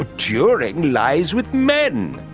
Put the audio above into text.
turing lies with men.